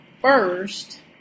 first